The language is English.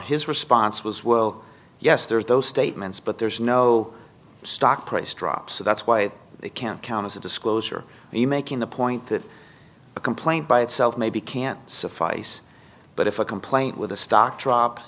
his response was well yes there's those statements but there's no stock price drops so that's why they can't count as a disclosure and you making the point that a complaint by itself may be can't suffice but if a complaint with the stock drop